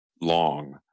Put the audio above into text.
long